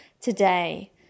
today